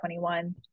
2021